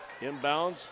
Inbounds